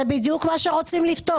זה בדיוק מה שרוצים לפתור.